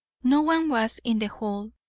no one was in the hall,